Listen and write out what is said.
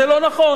זה לא נכון.